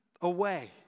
away